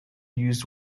used